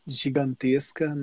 gigantesca